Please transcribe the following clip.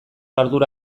ardura